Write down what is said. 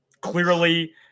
clearly